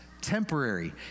Temporary